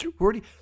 already